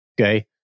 Okay